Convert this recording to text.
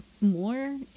more